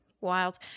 Wild